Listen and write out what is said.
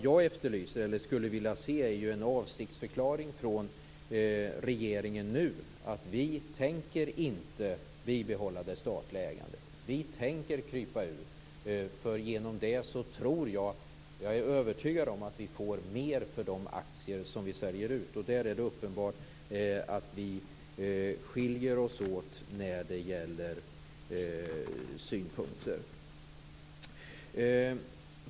Jag efterlyser en avsiktsförklaring från regeringen att man inte tänker behålla det statliga ägandet, att man tänker krypa ur. Jag är övertygad om att vi får mer för de aktier vi säljer ut. På den punkten är det uppenbart att vi skiljer oss åt.